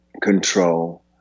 control